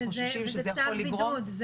זה צו בידוד.